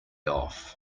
off